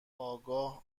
آگاه